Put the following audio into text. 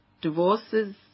Divorces